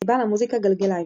פסטיבל המוזיקה – גלגלייב